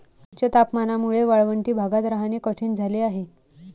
उच्च तापमानामुळे वाळवंटी भागात राहणे कठीण झाले आहे